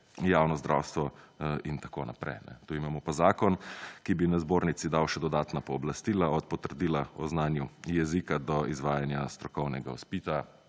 javno zdravstvo, itn. Tukaj imamo pa zakon, ki bi na zbornici dal še dodatna pooblastila, od potrdila o znanju jezika do izvajanja strokovnega izpita.